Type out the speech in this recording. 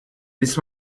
this